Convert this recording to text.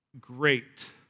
great